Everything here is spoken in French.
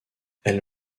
elle